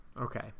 Okay